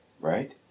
right